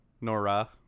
Nora